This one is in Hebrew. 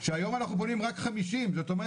אין חובה ברורה: תקשיבו,